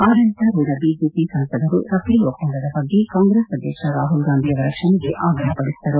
ಆಡಳಿತಾರೂಢ ಬಿಜೆಪಿ ಸಂಸದರು ರಫೇಲ್ ಒಪ್ವಂದದ ಬಗ್ಗೆ ಕಾಂಗ್ರೆಸ್ ಅಧ್ಯಕ್ಷ ರಾಹುಲ್ ಗಾಂಧಿ ಅವರ ಕ್ಷಮೆಗೆ ಆಗ್ರಹಪಡಿಸಿದರು